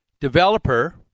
developer